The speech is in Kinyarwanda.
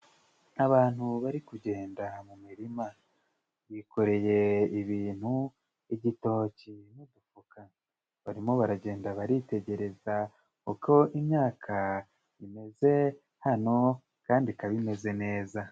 Abantu bari kugenda mu mirima, bikoreye ibintu, igitoki n'udufuka. Barimo baragenda baritegereza uko imyaka imeze hano, kandi ikaba imeze neza.